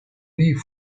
nie